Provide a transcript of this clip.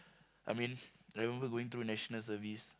I mean I remember going through National-Service